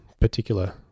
particular